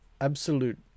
absolute